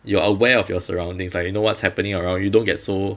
you are aware of your surroundings like you know what's happening around you don't get so